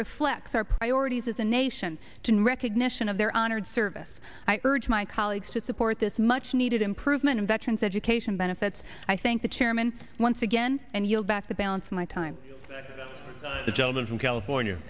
reflects our priorities as a nation to do recognition of their honored service i urge my colleagues to support this much needed improvement in veterans education benefits i thank the chairman once again and yield back the balance of my time the gentleman from california